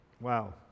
Wow